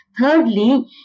thirdly